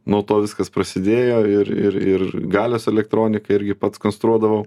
nuo to viskas prasidėjo ir ir ir elektronikai irgi pats konstruodavau